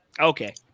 okay